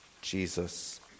Jesus